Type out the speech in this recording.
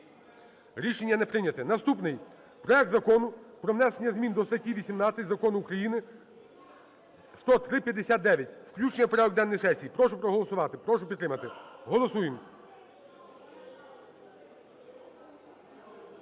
Рішення не прийнято. Наступний. Проект Закону про внесення зміни до статті 18 Закону України… 10359 – включення в порядок денний сесії. Прошу проголосувати. Прошу підтримати. Голосуємо!